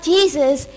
Jesus